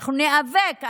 אנחנו ניאבק,